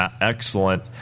excellent